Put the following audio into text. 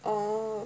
oh